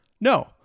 No